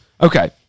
Okay